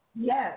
Yes